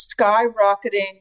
skyrocketing